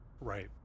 Right